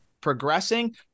progressing